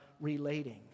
relating